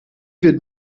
wird